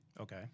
Okay